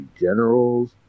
Generals